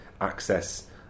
access